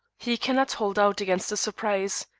he cannot hold out against a surprise.